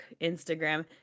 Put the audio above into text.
Instagram